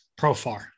Profar